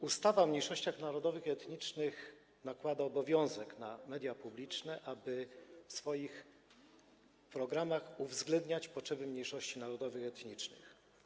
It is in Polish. Ustawa o mniejszościach narodowych i etnicznych nakłada na media publiczne obowiązek, aby w swoich programach uwzględniały potrzeby mniejszości narodowych i etnicznych.